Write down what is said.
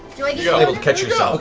you're like you're able to catch yourself,